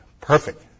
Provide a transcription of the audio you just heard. Perfect